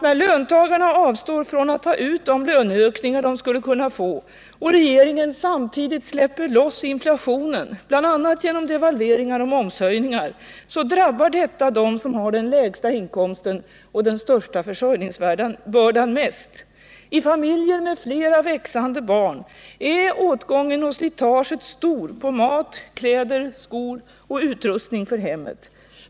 När löntagarna avstår från att ta ut de löneökningar de skulle kunna få och regeringen samtidigt släpper loss inflationen, bl.a. genom devalveringar och momshöjningar, drabbar detta dem som har den lägsta inkomsten och den största försörjningsbördan mest. I familjer med flera växande barn är åtgången och slitaget stora på mat, kläder, skor och utrustning i hemmet.